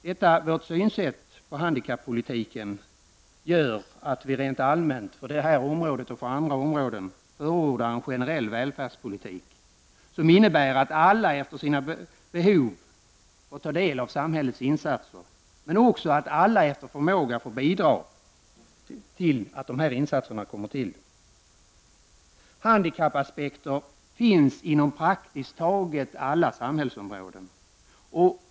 Detta vårt synsätt på handikappolitiken gör att vi rent allmänt på det området och på andra områden förordar en generell välfärdspolitik som innebär att alla efter sina behov får ta del av samhällets insatser men också att alla efter förmåga får bidra till att insatserna kommer till. Handikappaspekter finns inom praktiskt taget alla samhällsområden.